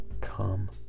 come